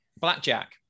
blackjack